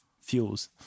fuels